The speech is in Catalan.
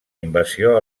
invasió